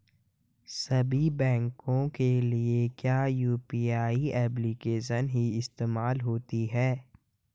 सभी बैंकों के लिए क्या यू.पी.आई एप्लिकेशन ही इस्तेमाल होती है?